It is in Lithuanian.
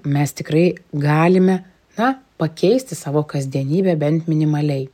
mes tikrai galime na pakeisti savo kasdienybę bent minimaliai